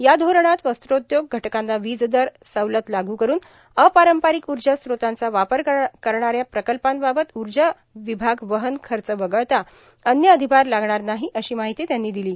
या धोरणात वस्त्रोद्योग घटकांना वीज दर सवलत लागू करुन अपारंपारक ऊजा स्त्रोतांचा वापर करणाऱ्या प्रकल्पांबाबत ऊजा र्यावभाग वहन खर्च वगळता अन्य अर्धभार लागणार नाहो अशी मर्माहती त्यांनी र्दिलां